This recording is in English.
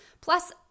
Plus